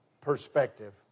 perspective